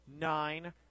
nine